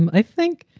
and i think,